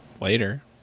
later